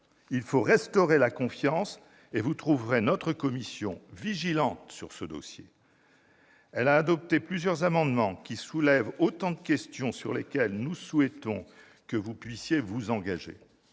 il faut restaurer la confiance. Vous trouverez notre commission vigilante sur ce dossier. Elle a adopté plusieurs amendements, qui soulèvent autant de questions sur lesquelles nous souhaitons que vous puissiez vous engager